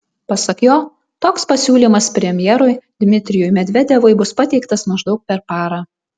pasak jo toks pasiūlymas premjerui dmitrijui medvedevui bus pateiktas maždaug per parą